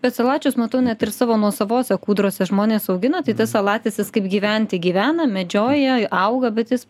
bet salačius matau net ir savo nuosavose kūdrose žmonės augina tai tas salatis jis kaip gyventi gyvena medžioja auga bet jis